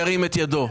ירים את ידו.